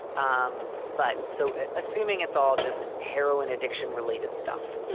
um but so assuming it's all just heroin addiction related stuff.